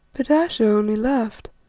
but ayesha only laughed,